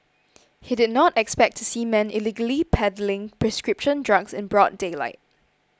he did not expect to see men illegally peddling prescription drugs in broad daylight